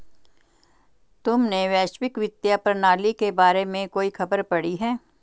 तुमने वैश्विक वित्तीय प्रणाली के बारे में कोई खबर पढ़ी है?